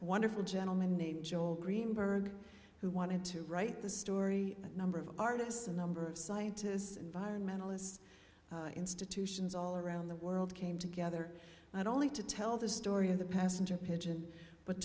wonderful gentleman named joel greenberg who wanted to write the story that number of artists a number of scientists environmentalist institutions all around the world came together i don't like to tell the story of the passenger pigeon but